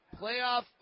playoff